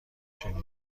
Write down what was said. شنیدن